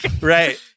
Right